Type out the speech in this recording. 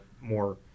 more